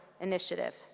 initiative